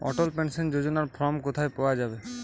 অটল pension যোজনার form কোথায় পাওয়া যাবে?